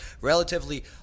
relatively